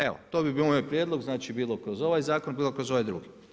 Evo to bi bio moj prijedlog, znači, bilo kroz ovaj zakon, bilo kroz ovaj drugi.